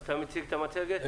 אתה מציג את המצגת?